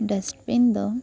dustbin ᱫᱚ